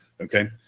okay